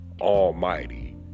almighty